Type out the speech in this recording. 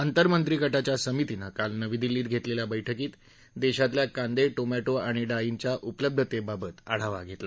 आंतरमंत्रीगटाच्या समितीनं काल नवी दिल्लीत घेतलेल्या बैठकीत देशातल्या कांदे टोमॅटो आणि डाळींच्या उपलब्धतेबाबत आढावा घेतला